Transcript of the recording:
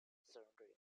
surrendering